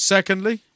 Secondly